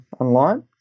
online